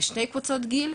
בשתי קבוצות הגיל.